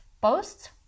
posts